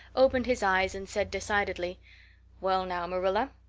opened his eyes and said decidedly well now, marilla,